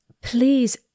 please